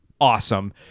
Awesome